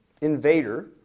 invader